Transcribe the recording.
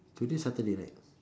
today Saturday right